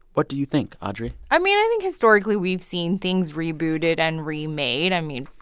what do you think, audrey? i mean, i think historically, we've seen things rebooted and remade. i mean,